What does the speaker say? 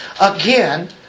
again